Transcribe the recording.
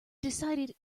decided